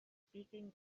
speaking